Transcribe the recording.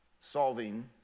solving